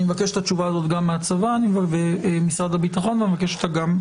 אני מבקש את התשובה הזאת גם ממשרד הביטחון וגם מהמשטרה.